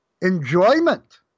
enjoyment